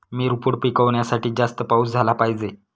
मिरपूड पिकवण्यासाठी जास्त पाऊस झाला पाहिजे